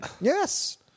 Yes